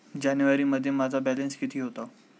जानेवारीमध्ये माझा बॅलन्स किती होता?